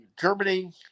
Germany